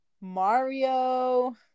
Mario